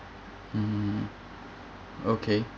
mm okay